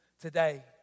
Today